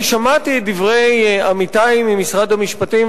שמעתי את דברי עמיתי ממשרד המשפטים,